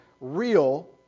real